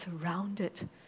surrounded